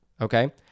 Okay